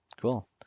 cool